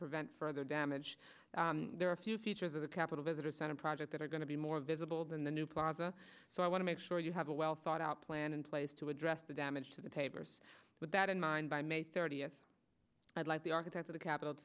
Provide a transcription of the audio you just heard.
prevent further damage there are a few features of the capitol visitor center project that are going to be more visible than the new plaza so i want to make sure you have a well thought out plan in place to address the damage to the papers with that in mind by may thirtieth i'd like the architect of the capit